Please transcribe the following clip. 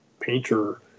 painter